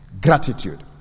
Gratitude